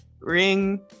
Ring